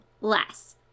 less